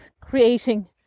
creating